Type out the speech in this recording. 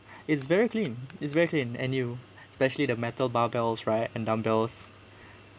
it's very clean it's very clean and new especially the metal barbells right and dumbbells